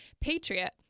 patriot